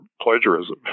plagiarism